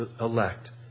elect